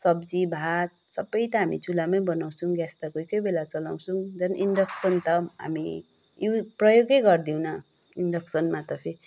सब्जी भात सबै त हामी चुल्हामै बनाउँछौँ ग्यास त कोही कोही बेला चलाउँछौँ झन् इन्डक्सन त हामी प्रयोगै गर्दैनौँ इन्डक्सनमा त फेरि